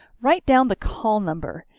write down the call number.